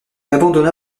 abandonna